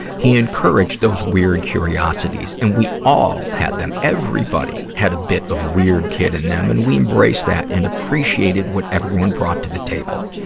he encouraged those weird curiosities, and we all had them. everybody had a bit of weird kid in them, and we embraced that and appreciated what everyone brought to the table.